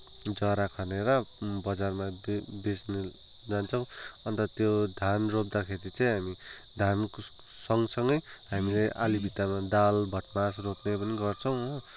जरा खनेर बजारमा बेच्न जान्छौँ अन्त त्यो धान रोप्दाखेरि चाहिँ हामी धान सँगसँगै हामीले आली भित्तामा दाल भटमास रोप्ने पनि गर्छौँ हो